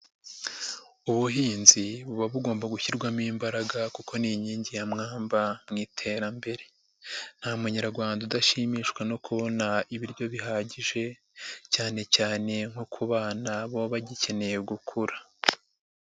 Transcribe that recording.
Ubuhinzi buba bugomba gushyirwamo imbaraga kuko ni inkingi ya mwamba mu iterambere, nta munyarwanda udashimishwa no kubona ibiryo bihagije, cyane cyane nko ku bana baba bagikeneye gukura.